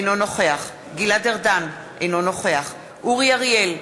אינו נוכח גלעד ארדן, אינו נוכח אורי אריאל,